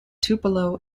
tupelo